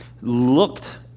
looked